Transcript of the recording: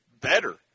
better